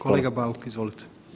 Kolega Bauk, izvolite.